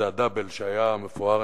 זה הדאבל שהיה מפואר,